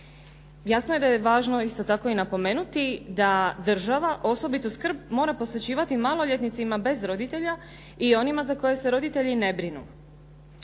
Jasno je da je važno isto tako i napomenuti da država osobitu skrb mora posvećivati maloljetnicima bez roditelja i onima za koje se roditelji ne brinu.